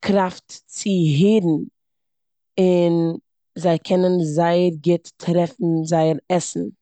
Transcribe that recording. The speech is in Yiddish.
קראפט צו הערן און זיי קענען זייער גוט טרעפן זייער עסן.